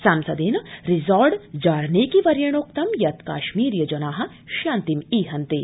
सांसदेन रिजार्ड जार्नेकी वर्येणोक्त यत् काश्मीरीय जना शान्तिमीहन्ते